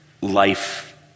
life